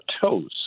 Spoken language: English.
toes